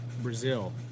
Brazil